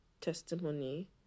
testimony